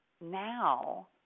now